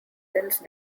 since